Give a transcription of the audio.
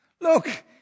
Look